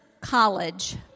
college